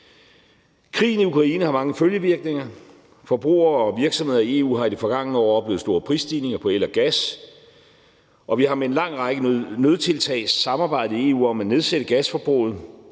Krigen i Ukraine har mange følgevirkninger. Forbrugere og virksomheder i EU har i det forgangne år oplevet store prisstigninger på el og gas, og vi har med en lang række nødtiltag samarbejdet i EU om at nedsætte gasforbruget,